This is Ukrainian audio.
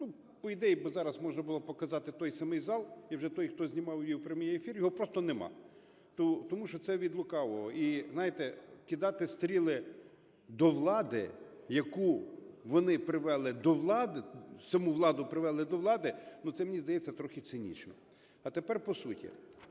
Ну, по ідеї зараз можна було б показати вже той самий зал, і вже той, хто знімав його у прямому ефірі, його просто нема. Тому що це від лукавого, знаєте, кидати стріли до влади, яку вони привели до влади, саму владу привели до влади, ну, це, мені здається, трохи цинічно. А тепер по суті.